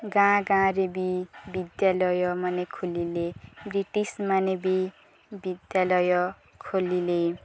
ଗାଁ ଗାଁରେ ବି ବିଦ୍ୟାଳୟ ମାନେ ଖୋଲିଲେ ବ୍ରିଟିଶ ମାନେ ବି ବିଦ୍ୟାଳୟ ଖୋଲିଲେ